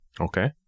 Okay